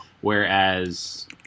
Whereas